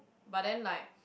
but then like